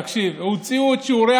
תקשיב, הוציאו את שיעורי